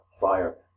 fire